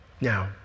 Now